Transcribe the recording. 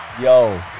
Yo